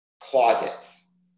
closets